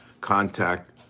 contact